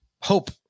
hope